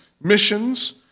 missions